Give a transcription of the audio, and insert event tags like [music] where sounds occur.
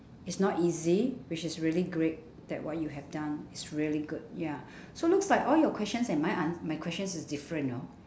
it's not easy which is really great that what you have done it's really good ya [breath] so looks like all your questions and my an~ my questions is different no